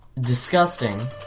Disgusting